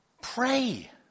Pray